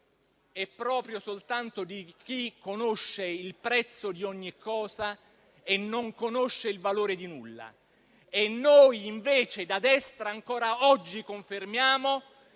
è proprio e soltanto di chi conosce il prezzo di ogni cosa e non conosce il valore di nulla. Noi, invece, da destra ancora oggi confermiamo